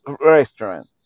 restaurant